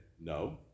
no